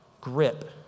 grip